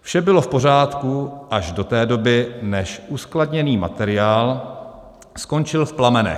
Vše bylo v pořádku až do té doby, než uskladněný materiál skončil v plamenech.